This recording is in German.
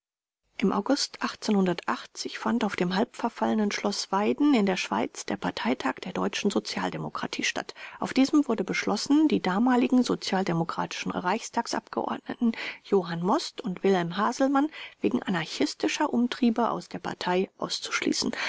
im august fand auf dem halbverfallenen schloß wyden in der schweiz der parteitag der deutschen sozialdemokratie statt auf diesem wurde beschlossen die damaligen sozialdemokratischen reichstagsabgeordneten johann most und wilhelm hasselmann wegen anarchistischer umtriebe aus der partei auszuschließen